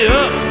up